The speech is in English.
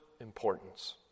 importance